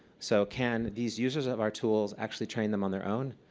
so can these users of our tools actually train them on their own?